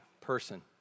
person